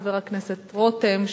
חבר הכנסת רותם,